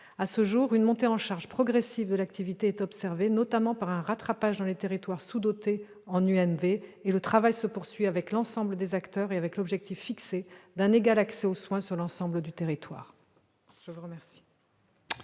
À ce jour, une montée en charge progressive de l'activité est observée, notamment par un rattrapage dans les territoires sous-dotés en UNV et le travail se poursuit, avec l'ensemble des acteurs et avec un objectif fixé d'égal accès aux soins sur l'ensemble du territoire.